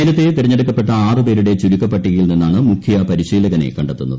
നേരത്തെ തിരഞ്ഞെടുക്കപ്പെട്ട ആറുപേരുടെ ചുരുക്കപ്പട്ടികയിൽ നിന്നാണ് മുഖ്യ പരിശീലകനെ കണ്ടെത്തുന്നത്